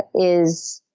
is,